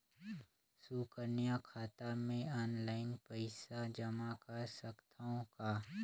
सुकन्या खाता मे ऑनलाइन पईसा जमा कर सकथव का?